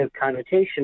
connotation